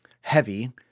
heavy